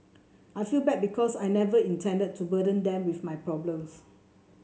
I feel bad because I never intended to burden them with my problems